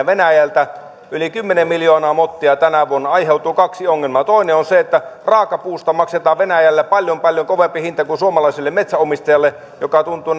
venäjältä yli kymmenen miljoonaa mottia tänä vuonna aiheutuu kaksi ongelmaa toinen on se että raakapuusta maksetaan venäjällä paljon paljon kovempi hinta kuin suomalaiselle metsänomistajalle maksetaan mikä tuntuu